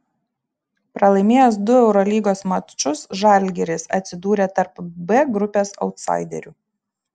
pralaimėjęs du eurolygos mačus žalgiris atsidūrė tarp b grupės autsaiderių